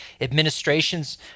administrations